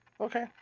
okay